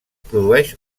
produeix